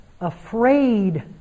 afraid